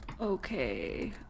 Okay